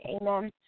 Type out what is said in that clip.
Amen